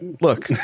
look